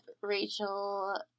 Rachel